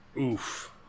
Oof